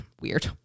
weird